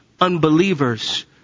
unbelievers